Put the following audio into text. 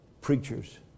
preachers